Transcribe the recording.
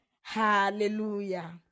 Hallelujah